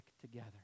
together